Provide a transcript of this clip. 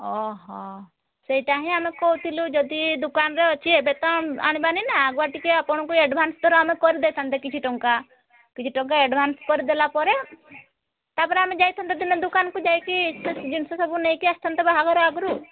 ଓହୋ ସେଇଟା ହିଁ ଆମେ କହୁଥିଲୁ ଯଦି ଦୋକାନରେ ଅଛି ଏବେ ତ ଆଣିବାନି ନା ଆଗୁଆ ଟିକେ ଆପଣଙ୍କୁ ଆଡ଼ଭାନ୍ସ ଧର ଆପଣଙ୍କୁ କରିଦେଇଥାନ୍ତେ କିଛି ଟଙ୍କା କିଛି ଟଙ୍କା ଆଡ଼ଭାନ୍ସ କରିଦେଲା ପରେ ତା'ପରେ ଆମେ ଯାଇଥାନ୍ତୁ ଦିନେ ଆମେ ଦୋକାନକୁ ସେ ଜିନିଷ ସବୁ ନେଇକି ଆସିଥାନ୍ତୁ ବାହାଘର ଆଗରୁ